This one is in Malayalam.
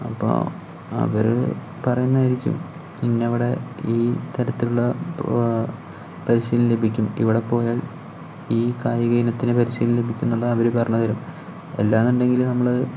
അപ്പോൾ അവര് പറയുന്നതായിരിക്കും പിന്നവിടെ ഈ തരത്തിലുള്ള പരിശീലനം ലഭിക്കും ഇവിടെ പോയാൽ ഈ കായിക ഇനത്തിന് പരിശീലനം ലഭിക്കുംന്നുള്ളത് അവര് പറഞ്ഞു തരും അല്ലാന്നുണ്ടെങ്കില് നമ്മള്